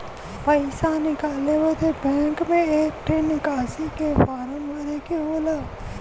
पइसा निकाले बदे बैंक मे एक ठे निकासी के फारम भरे के होला